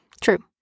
True